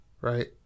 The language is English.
Right